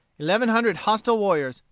eleven hundred hostile warriors,